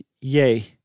yay